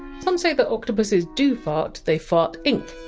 some say that octopuses do fart they fart ink.